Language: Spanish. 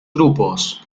grupos